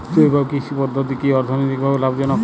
জৈব কৃষি পদ্ধতি কি অর্থনৈতিকভাবে লাভজনক?